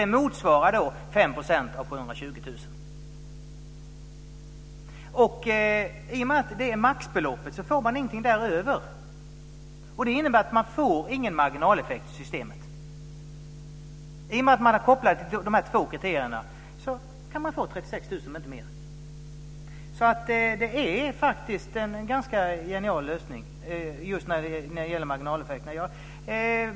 Det motsvarar 5 % av I och med att det är maxbeloppet får man ingenting däröver. Det innebär att vi inte får någon marginaleffekt i systemet. I och med att det finns en koppling till de två kriterierna kan man få 36 000 kr, men inte mer. Det är faktiskt en ganska genial lösning när det gäller marginaleffekterna.